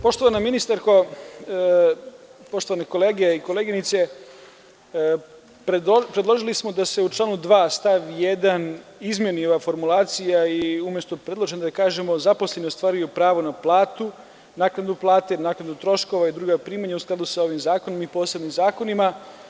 Poštovana ministarko, poštovane kolege i koleginice, predložili smo da se u članu 2. stav 1. izmeni ova formulacija i umesto predloženog da kažemo – zaposleni ostvaruju pravo na platu, naknadu plate, naknadu troškova i druga primanja u skladu sa ovim zakonom i posebnim zakonima.